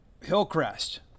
Hillcrest